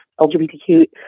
LGBTQ